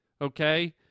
okay